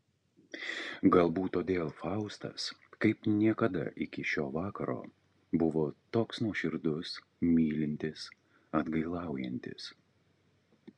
galbūt todėl faustas kaip niekada iki šio vakaro buvo toks nuoširdus mylintis atgailaujantis